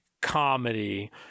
comedy